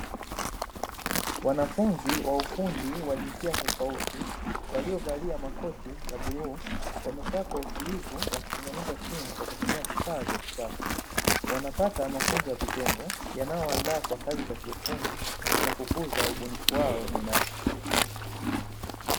Wanafunzi wa ufundi waliovalia makoti ya bluu wakiwa wanatengeneza simu wa ustadi mkubwa kwa kutumia vifaa maalumu vya kutengenezea simu